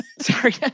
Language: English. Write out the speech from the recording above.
sorry